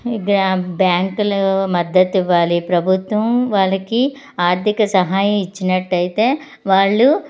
gram బ్యాంకులు మద్దతు ఇవ్వాలి ప్రభుత్వం వాళ్ళకి ఆర్థిక సహాయం ఇచ్చినట్టయితే వాళ్ళు